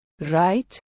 Right